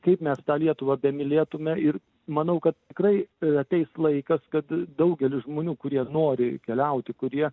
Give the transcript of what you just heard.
kaip mes tą lietuvą bemylėtume ir manau kad tikrai ateis laikas kad daugelis žmonių kurie nori keliauti kurie